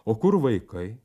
o kur vaikai